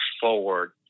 forward